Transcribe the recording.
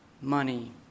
money